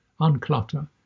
unclutter